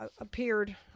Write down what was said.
appeared